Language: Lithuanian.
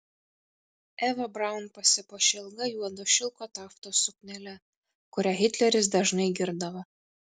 eva braun pasipuošė ilga juodo šilko taftos suknele kurią hitleris dažnai girdavo